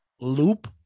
loop